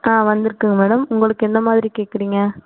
ஆ வந்துருக்கு மேடம் உங்களுக்கு எந்த மாதிரி கேட்றிங்க